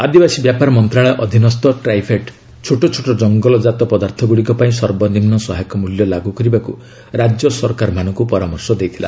ଆଦିବାସୀ ବ୍ୟାପାର ମନ୍ତ୍ରଣାଳୟ ଅଧୀନସ୍ଥ ଟ୍ରାଇଫେଡ୍ ଛୋଟ ଛୋଟ ଜଙ୍ଗଲଜାତ ପଦାର୍ଥଗୁଡ଼ିକ ପାଇଁ ସର୍ବନିମ୍ନ ସହାୟକ ମୂଲ୍ୟ ଲାଗୁ କରିବାକୁ ରାଜ୍ୟ ସରକାରମାନଙ୍କୁ ପରାମର୍ଶ ଦେଇଥିଲା